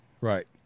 Right